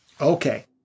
Okay